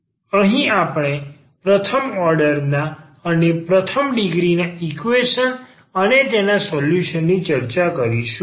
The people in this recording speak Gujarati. અહી આપણે પ્રથમ ઓર્ડર ના અને પ્રથમ ડિગ્રીના ડીફરન્સીયલ ઈકવેશન અને તેના સોલ્યુશન ની ચર્ચા કરીશું